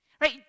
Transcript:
right